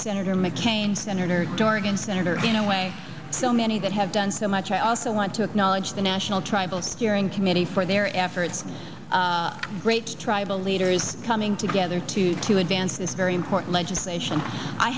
senator dorgan senator in a way so many that have done so much i also want to acknowledge the national tribal steering committee for their efforts great tribal leaders coming together to to advance this very important legislation i